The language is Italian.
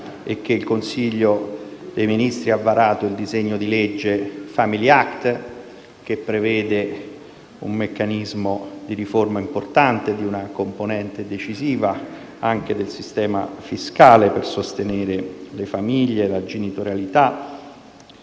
e che il Consiglio dei ministri ha varato il disegno di legge *family act*, che prevede un meccanismo di riforma importante di una componente decisiva del sistema fiscale per sostenere le famiglie e la genitorialità.